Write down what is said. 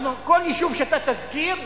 כל יישוב שאתה תזכיר,